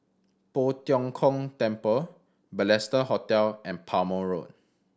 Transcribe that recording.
Poh Tiong Kiong Temple Balestier Hotel and Palmer Road